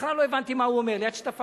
בהתחלה לא הבנתי מה הוא אומר, עד שתפסתי.